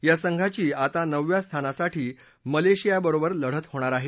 या संघाची आता नवव्या स्थानासाठी मलेशियाबरोबर लढत होणार आहे